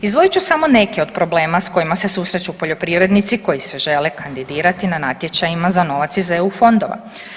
Izdvojit ću samo neke od problema s kojima se susreću poljoprivrednici koji se žele kandidirati na natječajima za novac iz EU fondova.